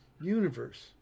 universe